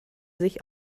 sich